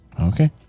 Okay